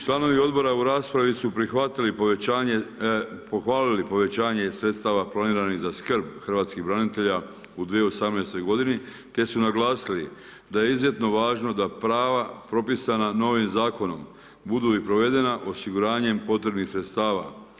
Članovi odbora u raspravi su pohvalili povećanje sredstava planiranih za skrb hrvatskih branitelja u 2018. godini te su naglasili da je izuzetno važno da prava propisana novim zakonom budu i provedena osiguranjem potrebnih sredstava.